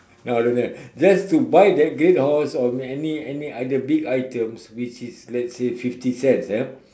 now don't have just to buy that great horse or any any other big items which is let's say fifty cents eh